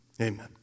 Amen